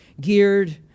geared